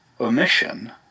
omission